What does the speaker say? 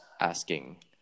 asking